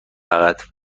فقط